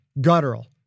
guttural